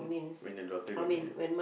when the daughter got married